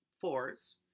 fours